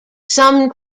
some